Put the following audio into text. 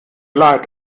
leid